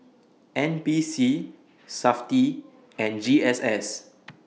N P C Safti and G S S